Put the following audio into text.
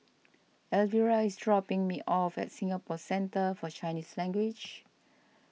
Elvera is dropping me off at Singapore Centre for Chinese Language